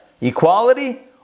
equality